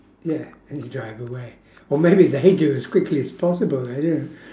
ya and you drive away or maybe they do as quickly as possible I don't